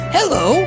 Hello